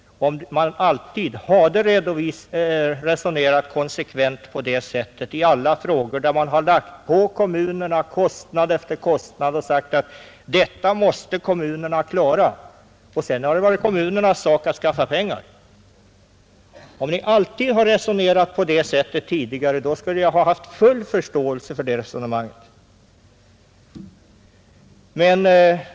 Om ni alltid tidigare hade resonerat konsekvent på det sättet i alla frågor, där man pålagt kommunerna kostnad efter kostnad och sagt att kommunerna måste klara dem men har överlämnat åt kommunerna att skaffa pengar, skulle jag ha haft full förståelse för det resonemanget.